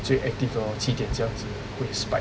最 active 的 hor 七点这样子会 spike